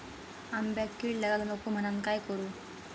आंब्यक कीड लागाक नको म्हनान काय करू?